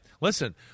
Listen